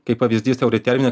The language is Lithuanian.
kaip pavyzdys euriterminė